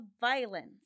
violence